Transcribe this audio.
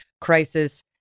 crisis